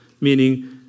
meaning